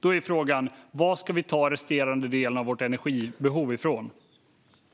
Då är frågan varifrån vi ska ta den resterande delen för att tillgodose vårt energibehov.